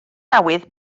awydd